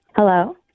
Hello